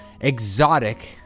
exotic